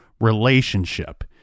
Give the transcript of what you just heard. relationship